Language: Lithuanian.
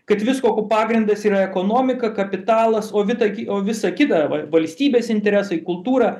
kad visko ko pagrindas yra ekonomika kapitalas ovitaki o visa kita arba valstybės interesai kultūra